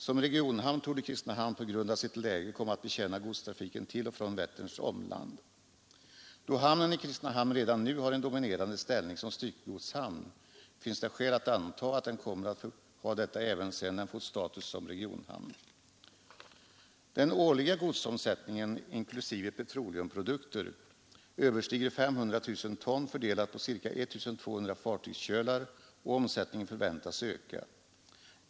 Som regionhamn torde Kristinehamn på grund av sitt läge komma att betjäna godstrafiken till och från Vätterns omland. Då hamnen i Kristinehamn redan nu har en dominerande ställning som styckegodshamn finns det skäl att anta att den kommer att ha detta även sedan den har fått status som regionhamn. Den årliga godsomsättningen inklusive petroleumprodukter överstiger 500 000 ton, fördelade på ca 1200 fartygskölar, och omsättningen förväntas öka.